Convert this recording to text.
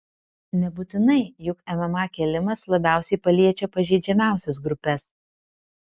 nebūtinai juk mma kėlimas labiausiai paliečia pažeidžiamiausias grupes